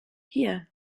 hier